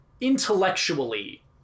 intellectually